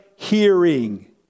hearing